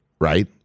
Right